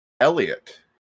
Elliot